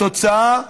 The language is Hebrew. התוצאה,